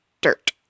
dirt